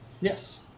Yes